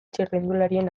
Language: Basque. txirrindularien